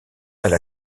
elle